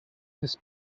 this